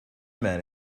man